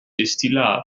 destillat